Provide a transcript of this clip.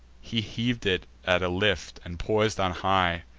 he heav'd it at a lift, and, pois'd on high,